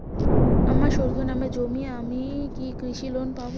আমার স্বর্গীয় পিতার নামে জমি আছে আমি কি কৃষি লোন পাব?